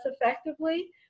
effectively